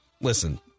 listen